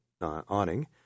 awning